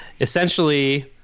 Essentially